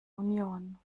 union